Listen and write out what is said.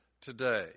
today